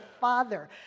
father